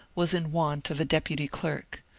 was in want of a deputy clerk.